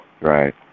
Right